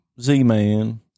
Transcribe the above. Z-Man